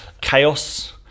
chaos